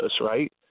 right